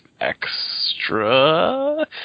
extra